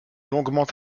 longuement